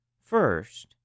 First